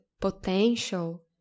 potential